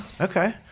Okay